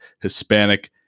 Hispanic